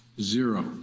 zero